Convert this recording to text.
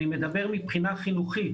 אני מדבר מבחינה חינוכית,